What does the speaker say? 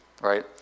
right